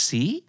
See